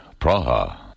Praha